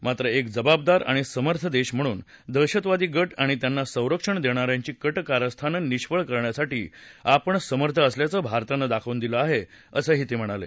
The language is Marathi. मात्र एक जबाबदार आणि समर्थ देश म्हणून दहशतवादी गट आणि त्यांना संरक्षण देणा यांची कारस्थानं निष्फळ करण्यासाठी आपण समर्थ असल्याचं भारतानं दाखवून दिलं असं ते म्हणाले